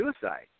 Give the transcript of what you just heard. suicide